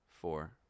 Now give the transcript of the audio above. four